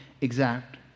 exact